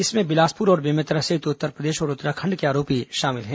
इसमें बिलासपुर और बेमेतरा सहित उत्तरप्रदेश और उत्तराखंड के आरोपी शामिल हैं